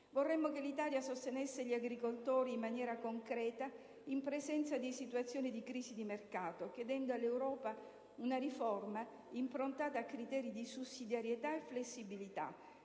Vorremmo che l'Italia sostenesse gli agricoltori in maniera concreta in presenza di situazioni di crisi di mercato, chiedendo all'Europa una riforma improntata a criteri di sussidiarietà e flessibilità,